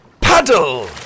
paddle